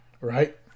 right